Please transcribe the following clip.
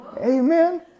Amen